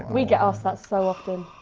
we get asked that so often.